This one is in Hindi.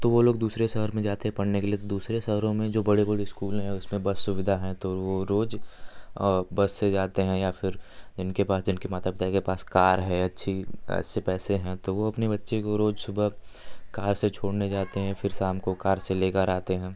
तो वो लोग दूसरे शहर में जाते हैं पढ़ने के लिए तो दूसरे शहरों में जो बड़े बड़े स्कूल हैं उसमें बस सुविधा हैं तो वो रोज़ बस से जाते हैं या फिर इनके पास इनके माता पिता के पास कार है अच्छी ऐसे पैसे हैं तो वो अपने बच्चे को रोज़ सुबह कार से छोड़ने जाते हैं फिर शाम को कार से लेकर आते हैं